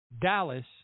Dallas